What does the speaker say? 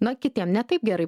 na kitiem ne taip gerai